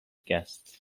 guests